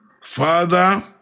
Father